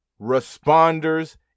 responders